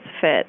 fit